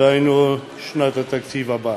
דהיינו בשנת התקציב הבאה.